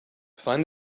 find